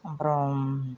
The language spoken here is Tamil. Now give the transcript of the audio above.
அப்புறம்